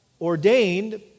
ordained